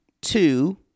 Two